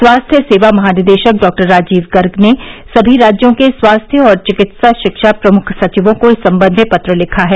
स्वास्थ्य सेवा महानिदेशक डॉक्टर राजीव गर्ग ने सभी राज्यों के स्वास्थ्य और चिकित्सा शिक्षा प्रमुख सचिवों को इस संबंध में पत्र लिखा है